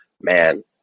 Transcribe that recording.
man